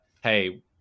Hey